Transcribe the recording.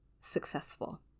successful